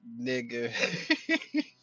nigga